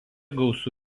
gausu